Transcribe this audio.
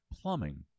plumbing